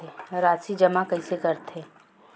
राशि जमा कइसे करथे?